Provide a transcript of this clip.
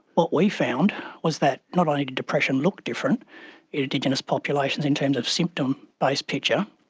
what we found was that not only did depression look different in indigenous populations in terms of symptom-based picture,